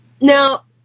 now